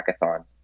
Hackathon